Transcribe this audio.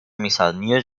nielson